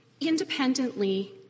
independently